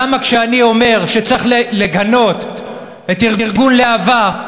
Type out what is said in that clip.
למה כשאני אומר שצריך לגנות את ארגון להב"ה,